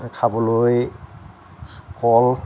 খাবলৈ কল